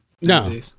no